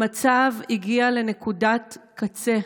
המצב הגיע לנקודת קצה.